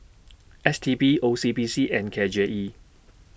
S T B O C B C and K J E